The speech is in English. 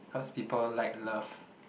cause people like love